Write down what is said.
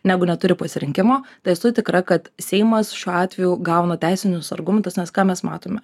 negu neturi pasirinkimo tai esu tikra kad seimas šiuo atveju gauna teisinius argumentus nes ką mes matome